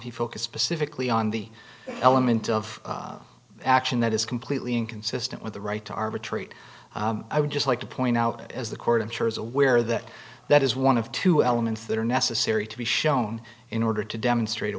be focused specifically on the element of action that is completely inconsistent with the right to arbitrate i would just like to point out as the court i'm sure is aware that that is one of two elements that are necessary to be shown in order to demonstrate a